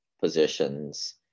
positions